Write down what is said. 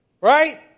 Right